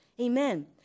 amen